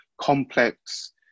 complex